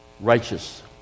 Righteous